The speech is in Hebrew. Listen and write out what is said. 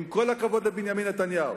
עם כל הכבוד לבנימין נתניהו,